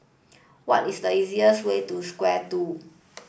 what is the easiest way to Square two